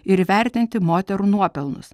ir įvertinti moterų nuopelnus